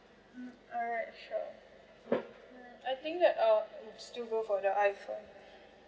mm alright sure I think uh I still go for the iphone